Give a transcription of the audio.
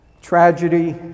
Tragedy